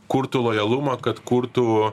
kurtų lojalumą kad kurtų